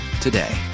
today